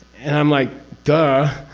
and i'm like, duh!